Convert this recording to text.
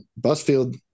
Busfield